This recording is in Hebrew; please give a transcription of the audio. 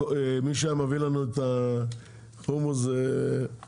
מי שהיה מביא לנו את החומוס זה גיסו,